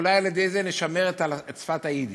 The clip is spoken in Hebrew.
כי אולי על-ידי זה נשמר את שפת היידיש.